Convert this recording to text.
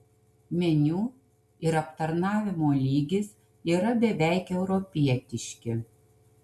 meniu ir aptarnavimo lygis yra beveik europietiški